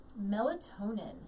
Melatonin